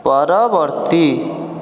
ପରବର୍ତ୍ତୀ